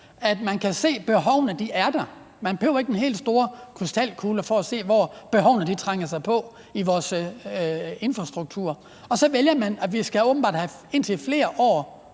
at man kan se, at behovene er der. Man behøver ikke den helt store krystalkugle for at se, hvor behovene trænger sig på i vores infrastruktur, og så vælger man, at vi åbenbart skal have indtil flere år,